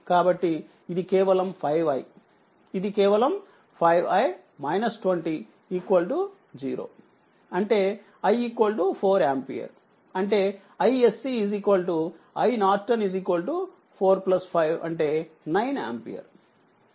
కాబట్టిఇదికేవలం 5iఇది కేవలం 5i 20 0అంటే i 4ఆంపియర్ అంటే iSCIN45అంటే 9 ఆంపియర్